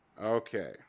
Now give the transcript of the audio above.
Okay